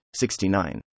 69